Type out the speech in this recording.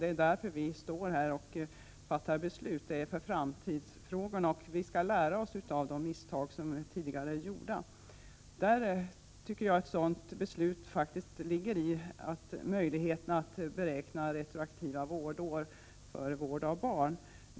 Det är därför vi fattar beslut här: för framtiden. Vi skall lära oss av tidigare gjorda misstag. Ett beslut i den riktningen tycker jag är utnyttjandet av möjligheten att beräkna retroaktiva vårdår för vård av barn.